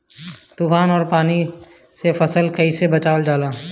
तुफान और पानी से फसल के कईसे बचावल जाला?